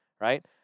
right